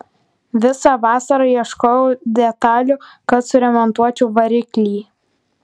visą vasarą ieškojau detalių kad suremontuočiau variklį